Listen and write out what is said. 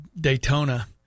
Daytona